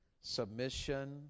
submission